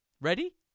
Ready